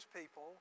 people